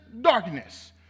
darkness